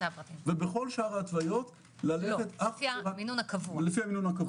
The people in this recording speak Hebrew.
בכל שאר ההתוויות ללכת לפי המינון הקבוע.